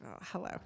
hello